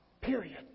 Period